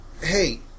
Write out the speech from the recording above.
hey